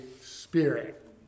Spirit